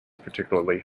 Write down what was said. particularly